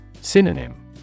Synonym